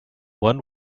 one